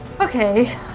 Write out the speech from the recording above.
okay